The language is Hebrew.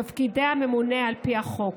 תפקידי הממונה על פי החוק: